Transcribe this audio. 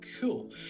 Cool